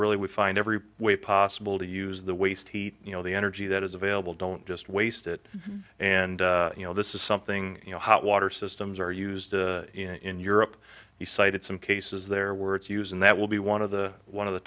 really we find every way possible to use the waste heat you know the energy that is available don't just waste it and you know this is something you know hot water systems are used in europe you cited some cases there were it's use and that will be one of the one of the